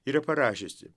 yra parašiusi